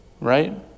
right